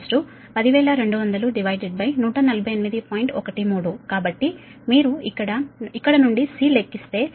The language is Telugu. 13 కాబట్టి మీరు ఇక్కడ నుండి C లెక్కిస్తే C 38